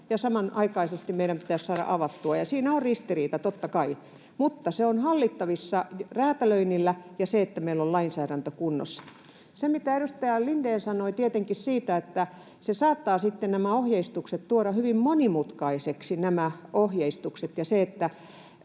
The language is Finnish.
ja samanaikaisesti meidän pitäisi saada avattua. Siinä on ristiriita, totta kai, mutta se on hallittavissa räätälöinnillä ja sillä, että meillä on lainsäädäntö kunnossa. Tietenkin, kuten edustaja Lindén sanoi, se saattaa tuoda nämä ohjeistukset hyvin monimutkaisiksi.